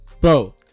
bro